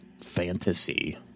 fantasy